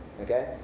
Okay